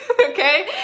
Okay